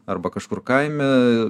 arba kažkur kaime